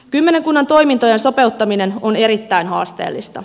kymmenen kunnan toimintojen sopeuttaminen on erittäin haasteellista